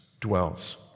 dwells